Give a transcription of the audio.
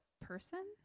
person